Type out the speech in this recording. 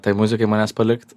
tai muzikai manęs palikt